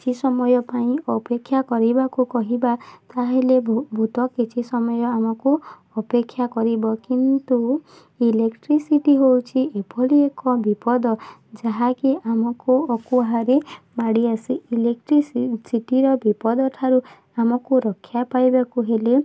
କିଛି ସମୟ ପାଇଁ ଅପେକ୍ଷା କରିବାକୁ କହିବା ତା'ହେଲେ ଭୂତ କିଛି ସମୟ ଆମକୁ ଅପେକ୍ଷା କରିବ କିନ୍ତୁ ଇଲେକ୍ଟ୍ରିସିଟି ହେଉଛି ଏଭଳି ଏକ ବିପଦ ଯାହାକି ଆମକୁ ଅକୁହାରେ ମାଡ଼ି ଆସେ ଇଲେକ୍ଟ୍ରିସିଟିର ବିପଦଠାରୁ ଆମକୁ ରକ୍ଷା ପାଇବାକୁ ହେଲେ